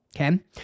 Okay